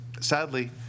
sadly